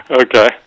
okay